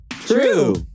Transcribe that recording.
True